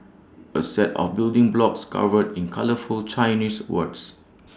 A set of building blocks covered in colourful Chinese words